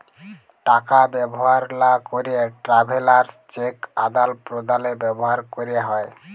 টাকা ব্যবহার লা ক্যেরে ট্রাভেলার্স চেক আদাল প্রদালে ব্যবহার ক্যেরে হ্যয়